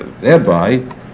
thereby